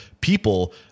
people